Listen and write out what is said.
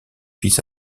fils